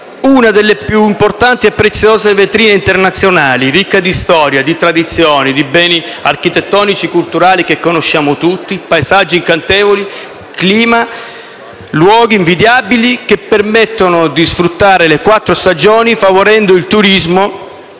una delle più importanti e preziose vetrine internazionali, ricca di storia, di tradizioni, di beni architettonici e culturali che conosciamo tutti, di paesaggi incantevoli, di clima e luoghi invidiabili, che permettono di sfruttare le quattro stagioni favorendo il turismo,